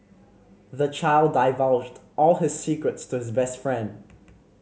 the child divulged all his secrets to his best friend